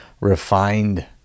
refined